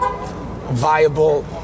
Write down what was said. viable